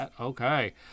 Okay